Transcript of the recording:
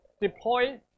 deploy